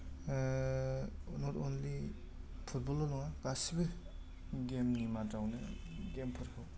नत अनलि फुटबल ल' नङा गासैबो गेम नि मादावनो गेम फोरखौ